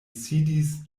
sidis